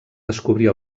descobrir